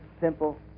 simple